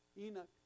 Enoch